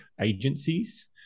agencies